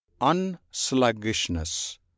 Unsluggishness